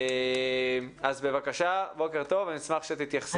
אז בבקשה בוקר טוב, אני אשמח שתתייחסי.